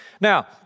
Now